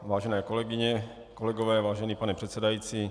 Vážené kolegyně, kolegové, vážený pane předsedající.